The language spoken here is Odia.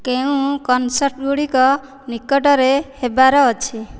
କେଉଁ କନ୍ସର୍ଟ ଗୁଡ଼ିକ ନିକଟରେ ହେବାର ଅଛି